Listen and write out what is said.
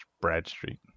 Bradstreet